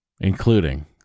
including